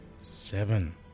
Seven